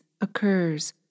occurs